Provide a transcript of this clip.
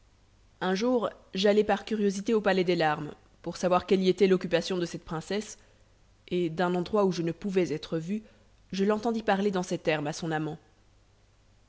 un jour j'allai par curiosité au palais des larmes pour savoir quelle y était l'occupation de cette princesse et d'un endroit où je ne pouvais être vu je l'entendis parler dans ces termes à son amant